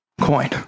coin